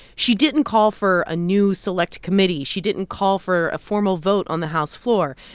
she didn't call for a new select committee. she didn't call for a formal vote on the house floor.